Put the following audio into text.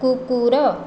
କୁକୁର